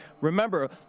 Remember